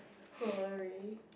sorry